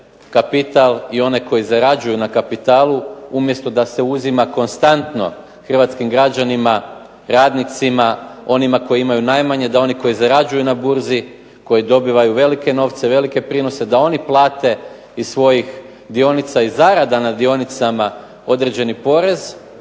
kapital i one koji zarađuju na kapitalu umjesto da se uzima konstantno Hrvatskim građanima, radnicima, onima koji imaju najmanje, da oni koji zarađuju na burzi koji dobivaju velike novce, velike prinose, da oni plate iz svojih dionica i zarada na dionicama, određeni porez,